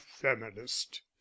feminist